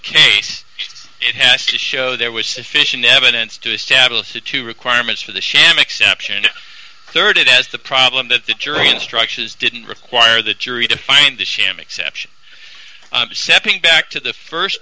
case it has to show there was sufficient evidence to establish the two requirements for the sham exception and rd it has the problem that the jury instructions didn't require the jury to find a sham exception seppi back to the